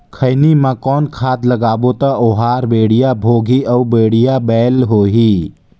खैनी मा कौन खाद लगाबो ता ओहार बेडिया भोगही अउ बढ़िया बैल होही?